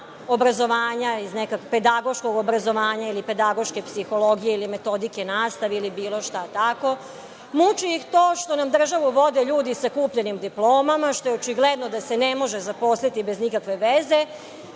obrazovanja, pedagoškog obrazovanja ili pedagoške psihologije ili metodike nastave ili bilo šta tako. Muči ih to što nam državu vode ljudi sa kupljenim diplomama, što je očigledno da se ne može zaposliti bez ikakve veze,